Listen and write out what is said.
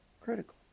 critical